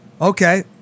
okay